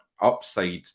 upside